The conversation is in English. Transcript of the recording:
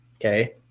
Okay